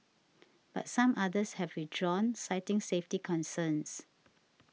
but some others have withdrawn citing safety concerns